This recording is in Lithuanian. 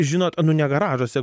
žinot nu ne garažuose